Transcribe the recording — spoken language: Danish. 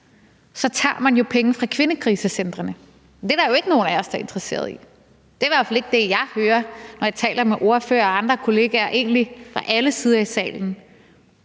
tager man jo penge fra kvindekrisecentrene. Det er der jo ikke nogen af os der er interesseret i. Det er i hvert fald ikke det, jeg hører, når jeg taler med ordførere og andre kolleger egentlig fra alle sider af salen.